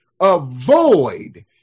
avoid